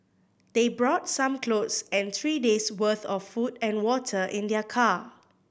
they brought some clothes and three days worth of food and water in their car